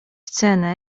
cenę